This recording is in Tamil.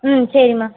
ம் சரிம்மா